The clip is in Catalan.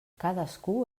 cadascú